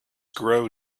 grow